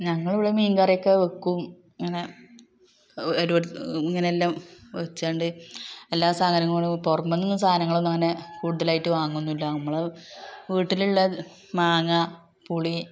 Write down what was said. ഞങ്ങൾ ഇവിടെ മീൻ കറിയൊക്ക വയ്ക്കും ഇങ്ങനെ ഇങ്ങനെ എല്ലാം വെച്ചണ്ട് എല്ലാ സാധനങ്ങളും പുറമെ നിന്ന് സാധനങ്ങൾ ഒന്നും അങ്ങനെ കൂടുതലായിട്ട് വാങ്ങുകയൊന്നുമില്ല നമ്മൾ വീട്ടിലുള്ള മാങ്ങ പുളി